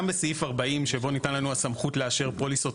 גם בסעיף 40 שבו ניתנה לנו הסמכות לאשר פוליסות,